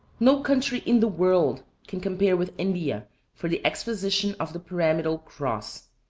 no country in the world can compare with india for the exposition of the pyramidal cross.